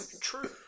true